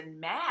mad